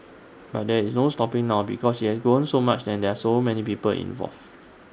but there is no stopping now because IT has grown so much and there are so many people involved